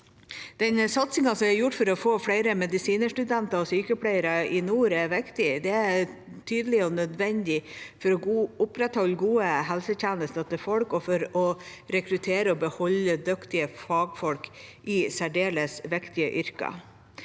er gjort for å få flere medisinstudenter og sykepleiere i nord, er viktig. Det er tydelig og nødvendig for å opprettholde gode helsetjenester til folk og for å rekruttere og beholde dyktige fagfolk i særdeles viktige yrker.